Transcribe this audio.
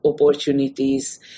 opportunities